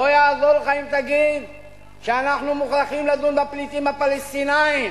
לא יעזור לך אם תגיד שאנחנו מוכרחים לדון בפליטים הפלסטינים,